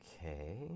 Okay